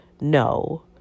No